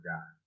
God